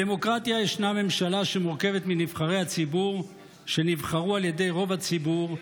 בדמוקרטיה ישנה ממשלה שמורכבת מנבחרי הציבור שנבחרו על ידי רוב הציבור.